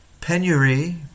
Penury